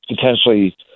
potentially